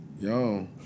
Yo